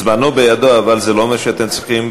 זמנו בידו, אבל זה לא אומר שאתם צריכים,